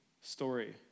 story